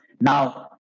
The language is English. Now